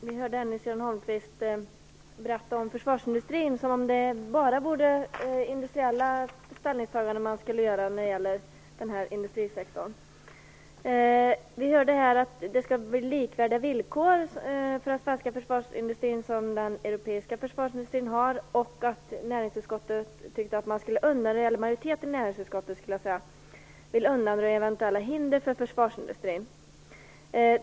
Herr talman! Vi hörde nyss Nils-Göran Holmqvist berätta om försvarsindustrin som om man bara skulle göra industriella ställningstaganden när det gäller den sektorn. Vi hörde att den svenska försvarsindustrin skall få likvärdiga villkor med den europeiska, och majoriteten i näringsutskottet vill undanröja eventuella hinder för försvarsindustrin.